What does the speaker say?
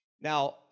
Now